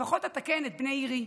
לפחות אתקן את בני עירי.